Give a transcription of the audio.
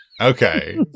okay